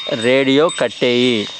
radio కట్టేయి